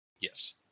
yes